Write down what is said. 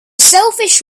selfish